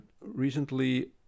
recently